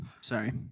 Sorry